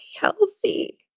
healthy